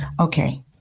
Okay